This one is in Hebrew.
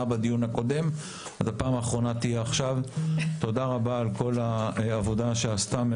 תודה רבה על כל העבודה שעשתה חברת